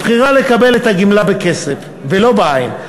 הבחירה לקבל את הגמלה בכסף ולא בעין.